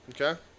Okay